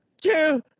two